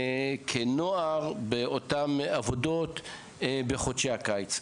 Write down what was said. כנוער, באותן עבודות בחודשי הקיץ.